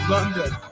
London